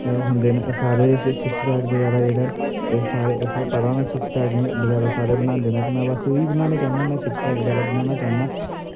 होंदे न सारे सिक्स पैक बगैरा जेह्ड़े एह् सारे एह् थुहानू पता होना सिक्स पैक बगैरा सारे बनांदे नै ते मैं बस ओही बनाना चाह्न्नां मैं सिक्स पैक बगैरा बनाना चाह्न्नां